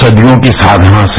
सदियों की साधना से